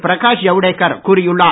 பிரகாஷ் ஜவுடேகர் கூறியுள்ளார்